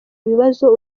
bibazo